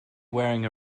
wearing